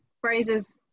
phrases